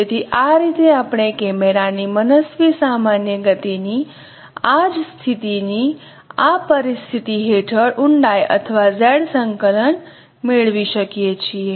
તેથી આ રીતે આપણે કેમેરાની મનસ્વી સામાન્ય ગતિ ની આ જ સ્થિતિની આ પરિસ્થિતિ હેઠળ ઊંડાઈ અથવા Z સંકલન મેળવી શકીએ છીએ